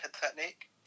technique